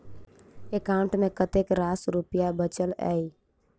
account मे कतेक रास रुपया बचल एई